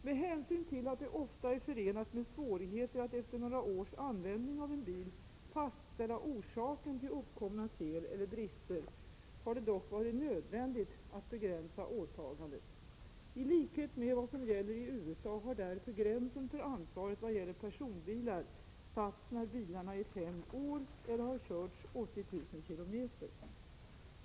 Med hänsyn till att det ofta är förenat med svårigheter att efter några års användning av en bil fastställa orsaken till uppkomna fel eller brister har det dock varit nödvändigt att begränsa åtagandet. I likhet med vad som gäller i USA har därför gränsen för ansvaret vad gäller personbilar satts till den tidpunkt då bilarna är fem år eller körts 80 000 km.